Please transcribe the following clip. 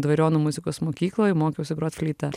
dvariono muzikos mokykloj mokiausi grot fleita